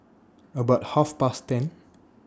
about Half Past ten